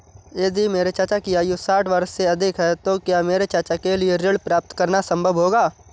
यदि मेरे चाचा की आयु साठ वर्ष से अधिक है तो क्या मेरे चाचा के लिए ऋण प्राप्त करना संभव होगा?